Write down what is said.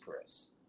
Chris